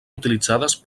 utilitzades